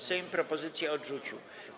Sejm propozycję odrzucił.